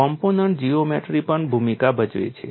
component geometry પણ ભૂમિકા ભજવે છે